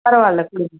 பரவாயில்லை கொடுங்க